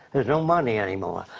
there's no money anymore.